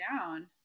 down